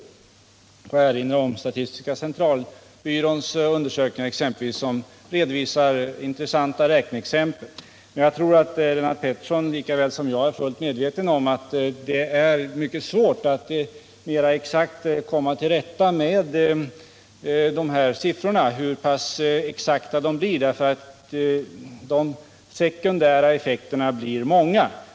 Låt mig t.ex. erinra om statistiska centralbyråns undersökningar, som redovisar intressanta räkneexempel. Men jag tror att Lennart Pettersson är lika väl medveten som jag om att det är mycket svårt att ange hur pass exakta sådana sifferuppgifter kan vara, eftersom de sekundära effekterna blir många.